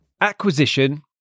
Acquisition